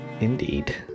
indeed